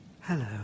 hello